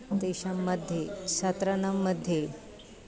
तेषां मध्ये छात्रणां मध्ये